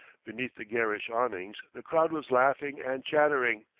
beneath the garish awnings the crowd was laughing and chattering,